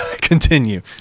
Continue